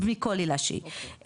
מכל עילה שהיא,